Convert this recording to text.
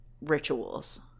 rituals